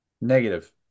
Negative